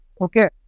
okay